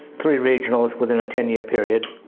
three regionals within a ten year period,